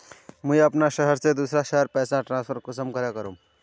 मुई अपना शहर से दूसरा शहर पैसा ट्रांसफर कुंसम करे करूम?